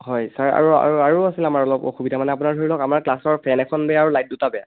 হয় ছাৰ আৰু আৰু আৰু আছিল আমাৰ অলপ অসুবিধা মানে আপোনাৰ ধৰি লওক আমাৰ ক্লাছৰ ফেন এখন বেয়া আৰু লাইট দুটা বেয়া